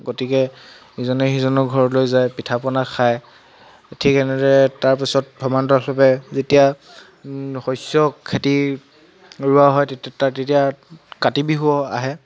গতিকে ইজনে সিজনৰ ঘৰলৈ যায় পিঠা পনা খায় ঠিক এনেদৰে তাৰপিছত সমান্তৰালভাৱে যেতিয়া শস্য খেতি ৰোৱা হয় তেতিয়া তাৰ তেতিয়া কাতি বিহু আহে